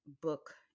book